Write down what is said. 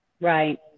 right